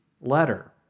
letter